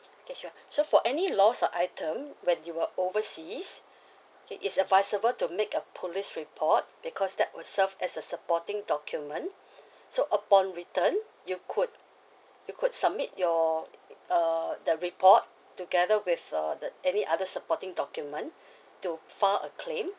okay sure so for any loss of item when you were overseas okay it's advisable to make a police report because that will serve as a supporting document so upon return you could you could submit your err the report together with uh the any other supporting document to file a claim